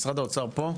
משרד האוצר פה?